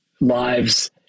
lives